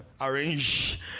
arrange